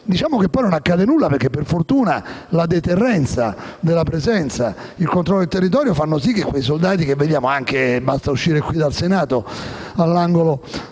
Diciamo che poi non accade nulla, perché - per fortuna - la deterrenza esercitata dalla presenza e dal controllo del territorio fa sì che quei soldati che vediamo, anche uscendo qui dal Senato, all'angolo